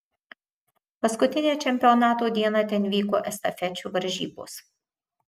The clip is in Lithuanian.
paskutinę čempionato dieną ten vyko estafečių varžybos